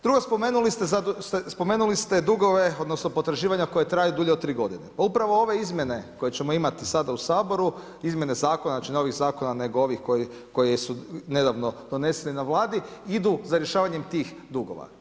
Drugo spomenuli ste dugove odnosno, potraživanje koja traju dulja od 3 g. Pa upravo ove izmjene koje ćemo imati sada u Saboru, izmjene zakona, znači ne ovih zakona, nego ove koje su nedavno donesene na Vladi, idu za rješavanjem tih dugova.